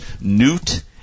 Newt